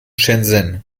shenzhen